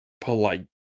polite